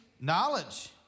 knowledge